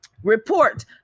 Report